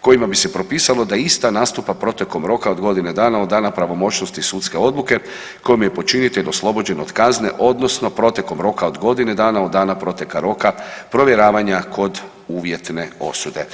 kojima bi se propisalo da ista nastupa protekom roka od godine dana od dana pravomoćnosti sudske odluke kojom je počinitelj oslobođen od kazne odnosno protekom roka od godine dana od dana proteka roka provjeravanja kod uvjetne osude.